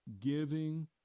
giving